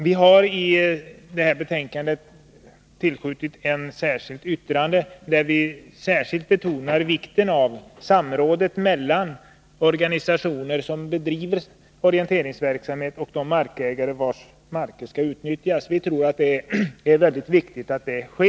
Einar Larsson och jag har till betänkandet fogat ett särskilt yttrande där vi betonar vikten av samråd mellan organisationer som bedriver orienteringsverksamhet och de markägare vilkas marker skall utnyttjas. Vi tror att det är viktigt att ett sådant samråd kommer till stånd.